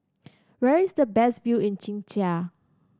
where is the best view in Czechia